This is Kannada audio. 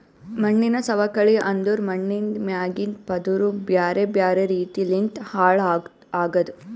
ಮಣ್ಣಿನ ಸವಕಳಿ ಅಂದುರ್ ಮಣ್ಣಿಂದ್ ಮ್ಯಾಗಿಂದ್ ಪದುರ್ ಬ್ಯಾರೆ ಬ್ಯಾರೆ ರೀತಿ ಲಿಂತ್ ಹಾಳ್ ಆಗದ್